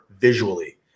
visually